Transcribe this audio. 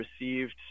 received